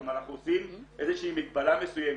כלומר, אנחנו עושים איזושהי מגבלה מסוימת.